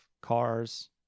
cars